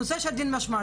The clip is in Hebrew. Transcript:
הנושא של דין משמעתי,